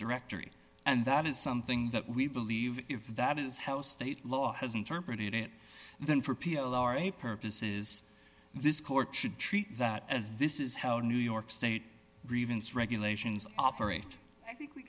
directory and that is something that we believe if that is how state law has interpreted it then for p l r a purposes this court should treat that as this is how new york state revisits regulations operate i think we